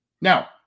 Now